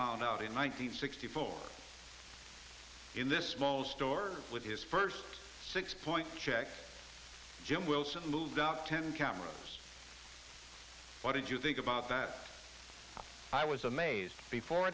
found out in one nine hundred sixty four in this small store with his first six point check jim wilson moved out ten cameras what do you think about that i was amazed before